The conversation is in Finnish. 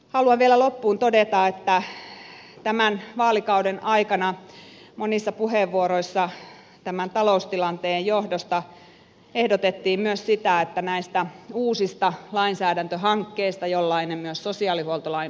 haluan vielä loppuun todeta että tämän vaalikauden aikana monissa puheenvuoroissa tämän taloustilanteen johdosta ehdotettiin myös sitä että luovuttaisiin näistä uusista lainsäädäntöhankkeista jollainen myös sosiaalihuoltolain uudistus on